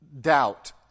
doubt